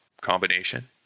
combination